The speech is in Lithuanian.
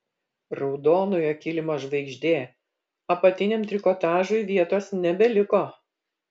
raudonojo kilimo žvaigždė apatiniam trikotažui vietos nebeliko